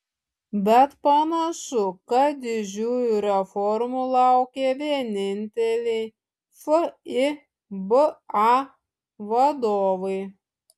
bet panašu kad didžiųjų reformų laukia vieninteliai fiba vadovai